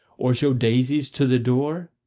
or show daisies to the door?